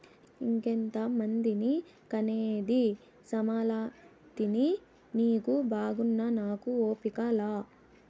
ఇంకెంతమందిని కనేది సామలతిని నీకు బాగున్నా నాకు ఓపిక లా